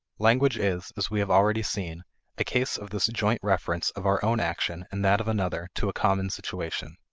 language is, as we have already seen a case of this joint reference of our own action and that of another to a common situation.